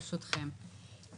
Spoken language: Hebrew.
ברשותכם.